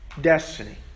destiny